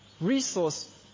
resource